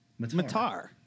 Matar